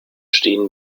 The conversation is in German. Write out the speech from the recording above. stehen